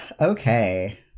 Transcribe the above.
Okay